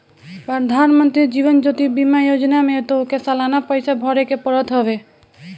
प्रधानमंत्री जीवन ज्योति बीमा योजना में तोहके सलाना पईसा भरेके पड़त हवे